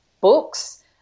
books